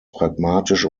pragmatisch